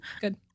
Good